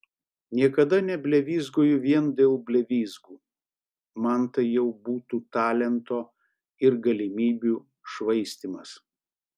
niekada neblevyzgoju vien dėl blevyzgų man tai jau būtų talento ir galimybių švaistymas